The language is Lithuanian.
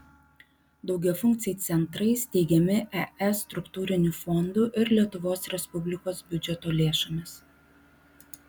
daugiafunkciai centrai steigiami es struktūrinių fondų ir lietuvos respublikos biudžeto lėšomis